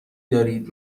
دارید